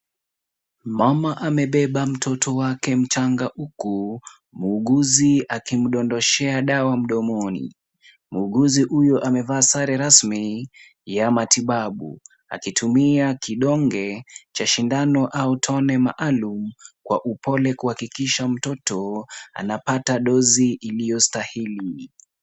Mama amebeba mtoto wake mchanga huku, mhudumu akimdondoshea dawa mdomoni. Mhudumu huyu amevaa sare rasmi ya matibabu, akitumia kidonge cha sindano au tonge maalum kwa upole kuhakikisha mtoto anapata dozi iliyostahili.